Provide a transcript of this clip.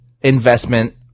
investment